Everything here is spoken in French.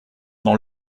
dans